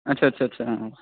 आस्सा आस्सा अ